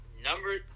number